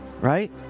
Right